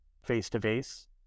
face-to-face